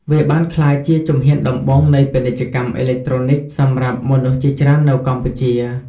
វាបានក្លាយជាជំហានដំបូងនៃពាណិជ្ជកម្មអេឡិចត្រូនិកសម្រាប់មនុស្សជាច្រើននៅកម្ពុជា។